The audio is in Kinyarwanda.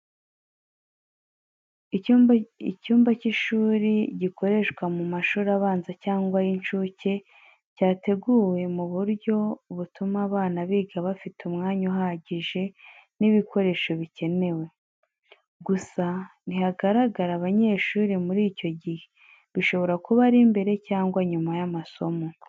Icyumba cy’ishuri gikoreshwa mu mashuri abanza cyangwa ay’incuke, cyateguwe mu buryo butuma abana biga bafite umwanya uhagije n’ibikoresho bikenewe. Gusa ntihagaragara abanyeshuri muri icyo gihe, bishobora kuba ari mbere cyangwa nyuma y’amasomo.